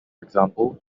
example